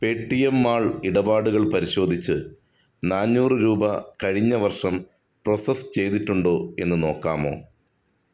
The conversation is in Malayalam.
പേടിഎം മാൾ ഇടപാടുകൾ പരിശോധിച്ച് നാനൂറ് രൂപ കഴിഞ്ഞ വർഷം പ്രോസസ്സ് ചെയ്തിട്ടുണ്ടോ എന്ന് നോക്കാമോ